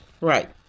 Right